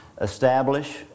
establish